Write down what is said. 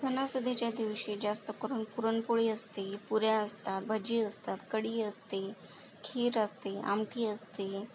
सणासुदीच्या दिवशी जास्त करून पुरणपोळी असते पुऱ्या असतात भजी असतात कढी असते खीर असते आमटी असते